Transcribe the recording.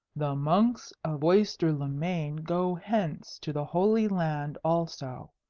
the monks of oyster-le-main go hence to the holy land also,